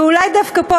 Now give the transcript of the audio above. ואולי דווקא פה,